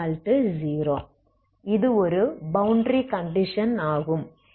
இது ஒரு boundary condition ஆகும்